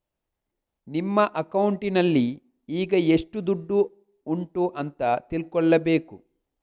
ನಿಮ್ಮ ಅಕೌಂಟಿನಲ್ಲಿ ಈಗ ಎಷ್ಟು ದುಡ್ಡು ಉಂಟು ಅಂತ ತಿಳ್ಕೊಳ್ಬೇಕು